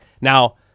Now